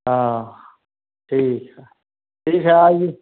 हाँ ठीक है ठीक है आइए